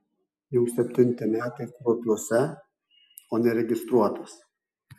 jau septinti metai kruopiuose o neregistruotas